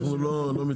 אנחנו לא מתלוננים.